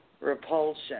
Repulsion